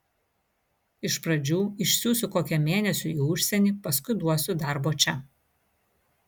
iš pradžių išsiųsiu kokiam mėnesiui į užsienį paskui duosiu darbo čia